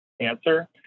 cancer